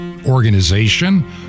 organization